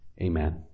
Amen